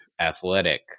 athletic